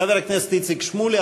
חבר הכנסת איציק שמולי,